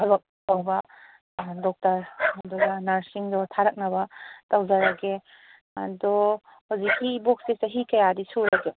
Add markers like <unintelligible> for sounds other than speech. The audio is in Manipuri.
<unintelligible> ꯇꯧꯕ ꯑꯥ ꯗꯣꯛꯇꯔ ꯑꯗꯨꯒ ꯅꯔꯁꯁꯤꯡꯗꯣ ꯊꯥꯔꯛꯅꯕ ꯇꯧꯖꯔꯒꯦ ꯑꯗꯣ ꯍꯧꯖꯤꯛꯀꯤ ꯏꯕꯣꯛꯁꯦ ꯆꯍꯤ ꯀꯌꯥꯗꯤ ꯁꯨꯔꯒꯦ